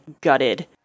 gutted